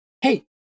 hey